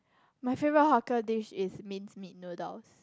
my favourite hawker dish is minced meat noodles